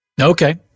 Okay